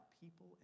people